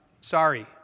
Sorry